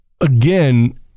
again